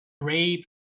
rape